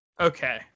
Okay